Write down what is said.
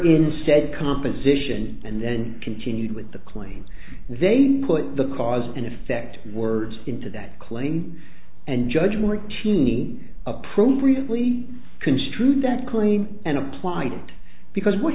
instead composition and then continued with the claim they put the cause and effect words into that claim and judgement cine appropriately construed that claim and applied it because wh